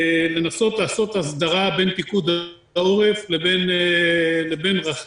לנסות לעשות הסדרה בין פיקוד העורף לבין רח"ל,